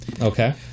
Okay